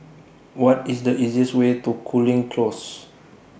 What IS The easiest Way to Cooling Close